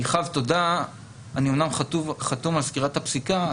אני אומנם חתום על סקירת הפסיקה,